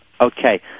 Okay